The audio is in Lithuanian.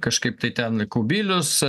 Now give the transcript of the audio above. kažkaip tai ten kubilius